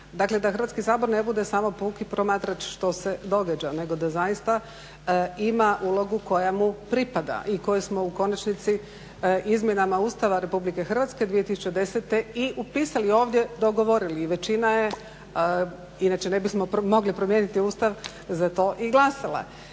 dakle da Hrvatski sabor ne bude samo puki promatrač što se događa nego da zaista ima ulogu koja mu pripada i koju smo u konačnici izmjenama Ustava Republike Hrvatske 2010. i upisali ovdje, dogovorili i većina je inače ne bismo mogli promijeniti Ustav za to i glasala.